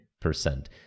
percent